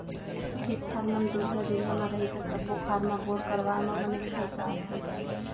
खेत खार मन दुरिहा दुरिहा म रही त सब्बो खार म बोर करवाए म बनेच खरचा आथे